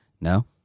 no